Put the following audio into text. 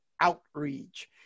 outreach